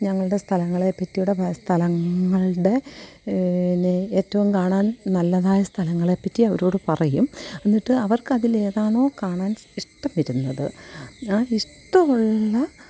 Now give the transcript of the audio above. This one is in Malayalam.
ഞങ്ങളുടെ സ്ഥലങ്ങളെപ്പറ്റിയുള്ള സ്ഥലങ്ങളുടെ തന്നെ ഏറ്റവും കാണാന് നല്ലതായ സ്ഥലങ്ങളെപ്പറ്റി അവരോട് പറയും എന്നിട്ട് അവര്ക്കതിലേതാണോ കാണാന് ഇഷ്ടം വരുന്നത് ആ ഇഷ്ടമുള്ള